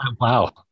Wow